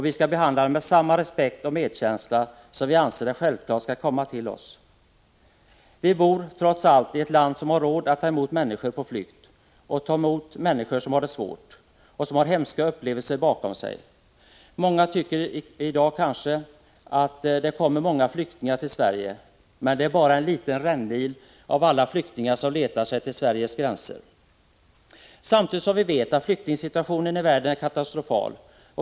Vi skall behandla dem med samma respekt och medkänsla som vi anser det självklart skall tillkomma OSS.” Vi bor, trots allt, i ett land som har råd att ta emot människor på flykt, människor som har det svårt och som har hemska upplevelser bakom sig. Åtskilliga tycker kanske att det i dag kommer många flyktingar till Sverige. Men det är bara en liten rännil av alla flyktingar som letar sig till Sveriges gränser. Vi vet att flyktingsituationen i världen är katastrofal.